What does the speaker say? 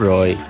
Roy